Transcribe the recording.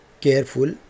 careful